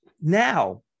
Now